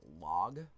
log